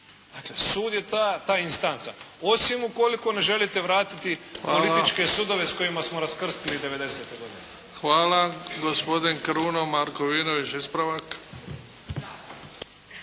Dakle, sud je ta instanca, osim ukoliko ne želite vratiti političke sudove s kojima smo raskrstili 90. godine. **Bebić, Luka (HDZ)** Hvala. Gospodin Kruno Markovinović ispravak.